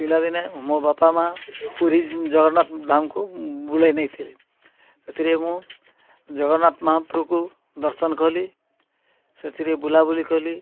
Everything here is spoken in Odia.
ପିଲାଦିନେ ମୋ ବାପା ମାଆ ପୁରୀ ଜଗନ୍ନାଥ ଧାମକୁ ବୁଲାଇ ନେଇଥିଲେ ସେଥିରେ ମୁଁ ଜଗନ୍ନାଥ ମହାପ୍ରକୁ ଦର୍ଶନ କଲି ସେଥିରେ ବୁଲାବୁଲି କଲି